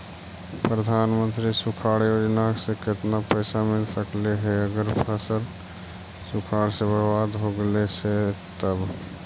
प्रधानमंत्री सुखाड़ योजना से केतना पैसा मिल सकले हे अगर फसल सुखाड़ से बर्बाद हो गेले से तब?